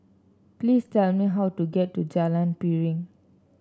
please tell me how to get to Jalan Piring